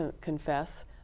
confess